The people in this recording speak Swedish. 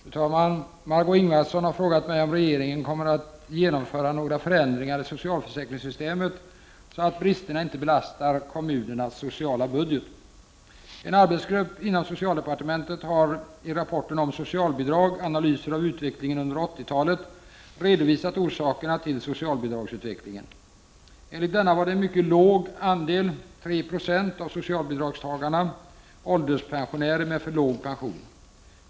Fru talman! Margö Ingvardsson har frågat mig om regeringen kommer att genomföra några förändringar i socialförsäkringssystemet så att bristerna inte belastar kommunernas sociala budget. En arbetsgrupp inom socialdepartementet har i rapporten om socialbidrag — analyser av utvecklingen under 1980-talet redovisat orsakerna till socialbidragsutvecklingen. Enligt denna var en mycket låg andel av socialbidragstagarna ålderspensionärer med för låg pension.